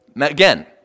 Again